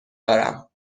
دارم